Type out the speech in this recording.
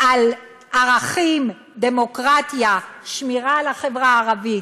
על ערכים, דמוקרטיה, שמירה על החברה הערבית,